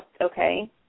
Okay